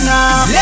Now